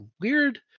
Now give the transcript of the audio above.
weird